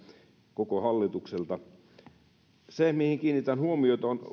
koko hallitukselta mihin kiinnitän huomiota